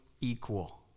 equal